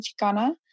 Chicana